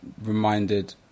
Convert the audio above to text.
reminded